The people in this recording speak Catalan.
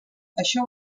això